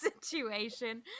situation